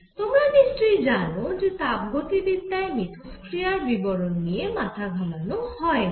তোমরা নিশ্চয়ই জানো যে তাপগতিবিদ্যায় মিথষ্ক্রিয়ার বিবরণ নিয়ে মাথা ঘামানো হয়না